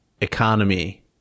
economy